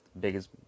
biggest